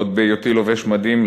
עוד בהיותי לובש מדים,